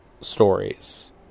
stories